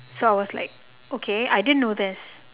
so I was like okay I didn't know this